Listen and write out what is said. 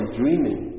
dreaming